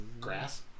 Grass